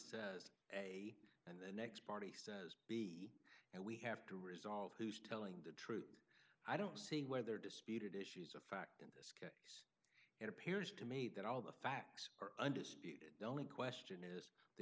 says a and the next party says b and we have to resolve who's telling the truth i don't see where there disputed issues of fact in this case it appears to me that all the facts are undisputed the only question is the